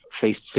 faced